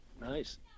Nice